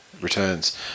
returns